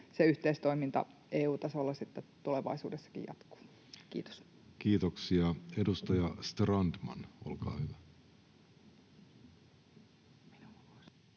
se yhteistoiminta EU-tasolla sitten tulevaisuudessakin jatkuu. — Kiitos. Kiitoksia. — Edustaja Strandman, olkaa hyvä.